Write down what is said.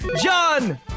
John